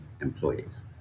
employees